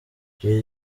jay